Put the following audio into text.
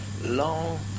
long